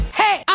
hey